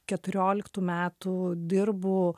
keturioliktų metų dirbu